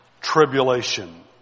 Tribulation